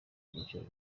byiciro